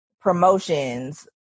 promotions